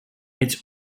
its